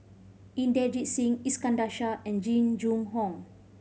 Inderjit Singh Iskandar Shah and Jing Jun Hong